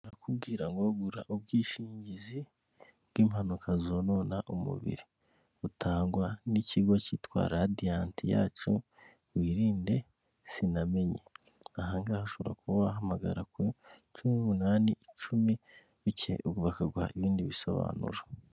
Barakubwira ngo gura ubwishingizi bw'impanuka zonona umubiri, butangwa n'ikigo cyitwa Radiyanti yacu wirinde sinamenye, aha ngaha ushobora kuba wahamagara ku cumi n'umunani icumi bakaguha ibindi bisobanuro.